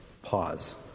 Pause